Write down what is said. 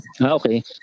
Okay